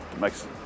makes